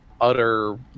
utter